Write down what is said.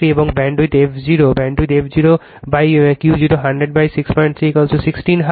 এবং ব্যান্ডউইথf 0 Q 0 1006316 hertz